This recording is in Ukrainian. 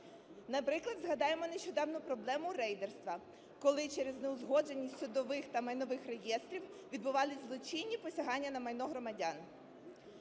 Наприклад, згадаймо нещодавню проблему рейдерства, коли через неузгодженість судових та майнових реєстрів відбувались злочинні посягання на майно громадян.